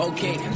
Okay